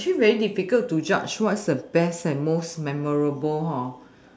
but actually very difficult to judge what's the best and most memorable hor